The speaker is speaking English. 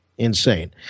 Insane